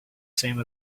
same